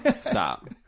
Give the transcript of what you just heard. Stop